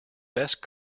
best